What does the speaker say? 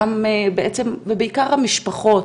ובעיקר המשפחות